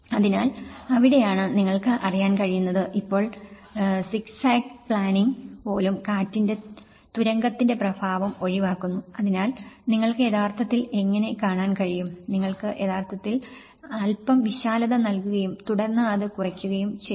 അതിനാൽ അവിടെയാണ് നിങ്ങൾക്ക് അറിയാൻ കഴിയുന്നത് ഇപ്പോൾ സിഗ്സാഗ് പ്ലാനിംഗ് പോലും കാറ്റിന്റെ തുരങ്കത്തിന്റെ പ്രഭാവം ഒഴിവാക്കുന്നു അതിനാൽ നിങ്ങൾക്ക് യഥാർത്ഥത്തിൽ എങ്ങനെ കാണാൻ കഴിയും നിങ്ങൾക്ക് യഥാർത്ഥത്തിൽ എങ്ങനെ കഴിയും അൽപ്പം വിശാലത നൽകുകയും തുടർന്ന് അത് കുറയ്ക്കുകയും ചെയ്യുക